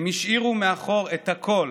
הם השאירו מאחור את הכול